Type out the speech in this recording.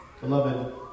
Beloved